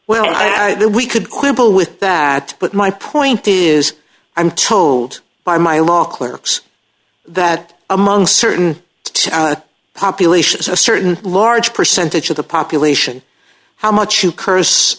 then we could quibble with that but my point is i'm told by my law clerks that among certain two populations a certain large percentage of the population how much you curse